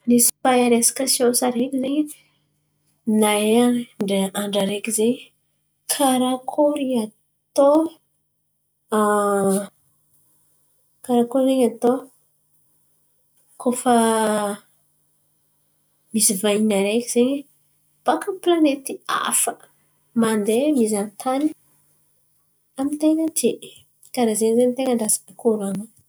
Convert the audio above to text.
Misy mpahay resaka siansy areky izen̈y nahay dray an-dra areky zen̈y, karakory atô? Karakory izen̈y atô kôfa misy vahiny areky izen̈y? Baka aminy planety hafa, mandeha mizaha tany, amin-ten̈a ty e. Karà zen̈y zen̈y ny azoko koran̈a.